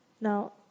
Now